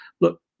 Look